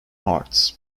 arts